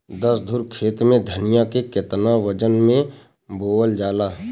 दस धुर खेत में धनिया के केतना वजन मे बोवल जाला?